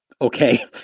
Okay